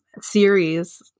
series